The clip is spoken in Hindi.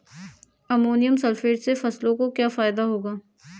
अमोनियम सल्फेट से फसलों को क्या फायदा होगा?